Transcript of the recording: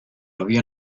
había